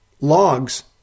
logs